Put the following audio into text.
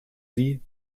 sie